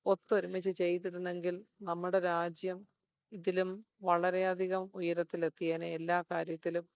ഒത്തൊരുമിച്ച് ചെയ്തിരുന്നെങ്കിൽ നമ്മുടെ രാജ്യം ഇതിലും വളരെയധികം ഉയരത്തിൽ എത്തിയേനെ എല്ലാകാര്യത്തിലും